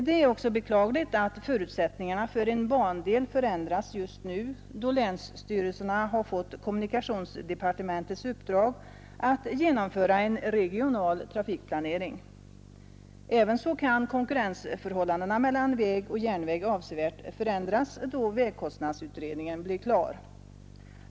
Det är också beklagligt att förutsättningarna för en bandel förändras just nu, då länsstyrelserna fått kommunikationsdepartementets uppdrag att genomföra en regional trafikplanering. Ävenså kan konkurrensförhållandena mellan väg och järnväg avsevärt förändras då vägkostnadsutredningen blir klar.